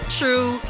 true